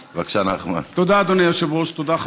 אדוני היושב-ראש, תודה.